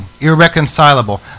irreconcilable